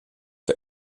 for